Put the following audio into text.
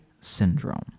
Syndrome